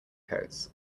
coats